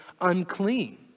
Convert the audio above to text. unclean